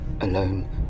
Alone